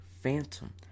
Phantom